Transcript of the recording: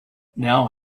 now